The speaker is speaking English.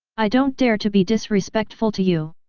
i don't dare to be disrespectful to you!